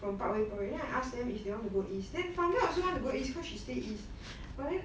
from parkway parade then I ask them if they want to go east then fungoid also want to go east because she stay east but then